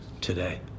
today